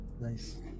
nice